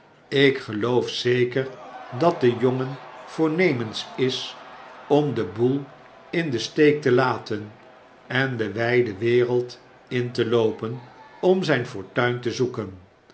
ik geloof zeker dat de jongen voornemens is om den boel in den steek te laten en de wijde wereld in te loopen omzijn fortuin te zoeken